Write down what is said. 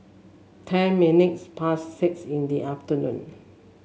ten minutes past six in the afternoon